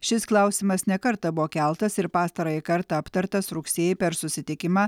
šis klausimas ne kartą buvo keltas ir pastarąjį kartą aptartas rugsėjį per susitikimą